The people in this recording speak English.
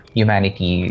humanity